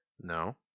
No